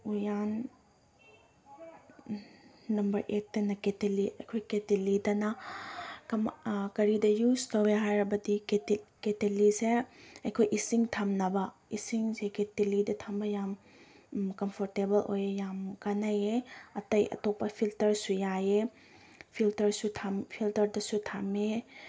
ꯎꯌꯥꯟ ꯅꯝꯕꯔ ꯑꯦꯠꯇꯅ ꯀꯦꯇꯂꯤ ꯑꯩꯈꯣꯏ ꯀꯦꯇꯂꯤꯗꯅ ꯀꯔꯤꯗ ꯌꯨꯁ ꯇꯧꯋꯤ ꯍꯥꯏꯔꯕꯗꯤ ꯀꯦꯇꯂꯤꯁꯦ ꯑꯩꯈꯣꯏ ꯏꯁꯤꯡ ꯊꯝꯅꯕ ꯏꯁꯤꯡꯁꯦ ꯀꯦꯇꯂꯤꯗ ꯊꯝꯕ ꯌꯥꯝ ꯀꯝꯐꯣꯔꯇꯦꯕꯜ ꯑꯣꯏꯌꯦ ꯌꯥꯝ ꯀꯥꯅꯩꯌꯦ ꯑꯇꯩ ꯑꯇꯣꯞꯄ ꯐꯤꯜꯇꯔꯁꯨ ꯌꯥꯏꯌꯦ ꯐꯤꯜꯇꯔꯁꯨ ꯐꯤꯜꯇꯔꯗꯁꯨ ꯊꯝꯃꯤ